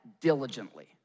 diligently